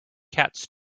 cats